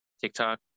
tiktok